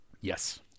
Yes